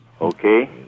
Okay